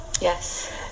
Yes